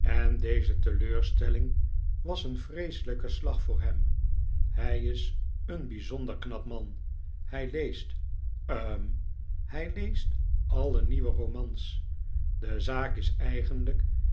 en deze teleurstelling was een vreeselijke slag voor hem hij is een bijzonder knap man hij leest hm hij leest alle nieuwe romans de zaak is eigenlijk